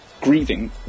grieving